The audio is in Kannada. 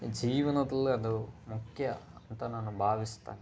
ಜೀವನದಲ್ಲೆ ಅದು ಮುಖ್ಯ ಅಂತ ನಾನು ಭಾವಿಸ್ತೇನೆ